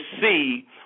see